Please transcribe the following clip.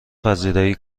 پذیرایی